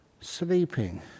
sleeping